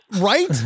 Right